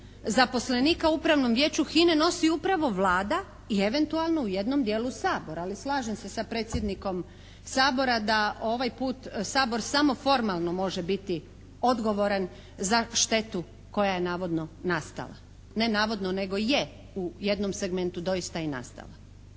zaposlenika u Upravnom vijeću HINA-e nosi upravo Vlada i eventualno u jednom dijelu Sabor, ali slažem se sa predsjednikom Sabora da ovaj put Sabor samo formalno može biti odgovoran za štetu koja je navodno nastala. Ne navodno, nego je u jednom segmentu doista i nastala.